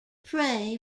pray